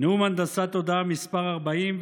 הנדסת תודעה מס' 40,